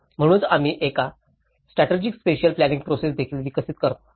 म्हणूनच आम्ही येथे एक स्ट्रॅटर्जीक स्पॅशिअल प्लॅनिंइंग प्रोसेस देखील विकसित करतो